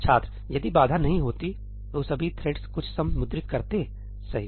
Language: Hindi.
छात्र यदि बाधा नहीं होती तो सभी थ्रेड्स कुछ सम मुद्रित करते सही